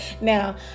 Now